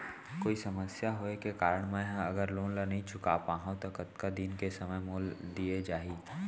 कोई समस्या होये के कारण मैं हा अगर लोन ला नही चुका पाहव त अऊ कतका दिन में समय मोल दीये जाही?